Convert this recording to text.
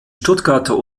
stuttgarter